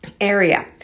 area